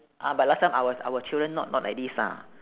ah but last time our our children not not like this lah